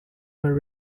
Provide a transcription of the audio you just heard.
were